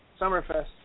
Summerfest